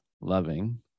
loving